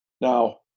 Now